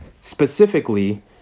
Specifically